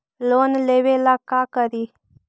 Loan लेबे ला का करि?